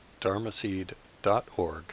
dharmaseed.org